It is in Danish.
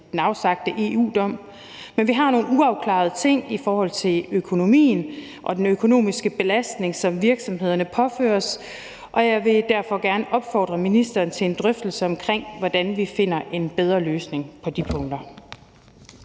den afsagte EU-dom, men vi har nogle uafklarede ting i forhold til økonomien og den økonomiske belastning, som virksomhederne påføres. Jeg vil derfor gerne opfordre ministeren til at tage en drøftelse af, hvordan vi finder en bedre løsning på de punkter.